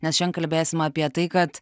nes šian kalbėsim apie tai kad